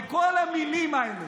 וכל המילים האלה,